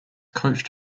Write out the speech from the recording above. coached